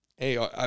Hey